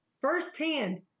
firsthand